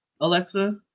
Alexa